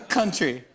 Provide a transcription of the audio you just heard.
country